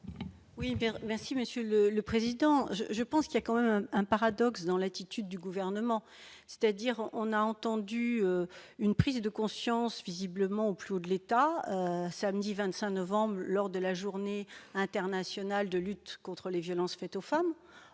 bien merci Monsieur le le président je, je pense qu'il y a quand même un paradoxe dans l'attitude du gouvernement, c'est-à-dire on a entendu une prise de conscience, visiblement au plus haut de l'État, samedi 25 novembre lors de la journée internationale de lutte contre les violences faites aux femmes,